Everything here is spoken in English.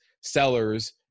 sellers